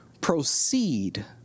proceed